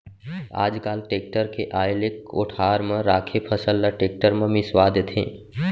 आज काल टेक्टर के आए ले कोठार म राखे फसल ल टेक्टर म मिंसवा देथे